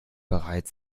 bereit